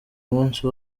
umunsi